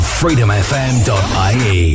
freedomfm.ie